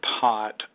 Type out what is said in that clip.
pot